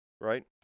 Right